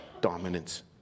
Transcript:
dominance